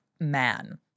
man